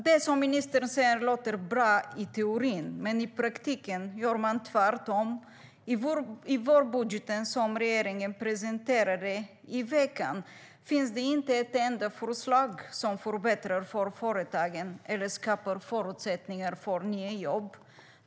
Det som ministern säger låter bra i teorin, men i praktiken gör man tvärtom. I vårbudgeten, som regeringen presenterade i veckan, finns det inte ett enda förslag som förbättrar för företagen eller skapar förutsättningar för nya jobb.